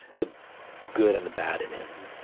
the good and the bad in him,